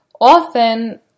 often